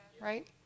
right